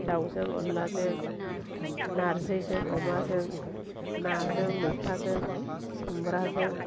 दावजों अनलाजों नार्जिजों अमाजों नाजों मैथाजों खुमब्राजों